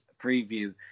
preview